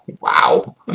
Wow